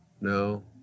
no